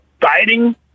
fighting